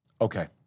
Okay